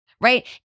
right